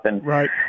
Right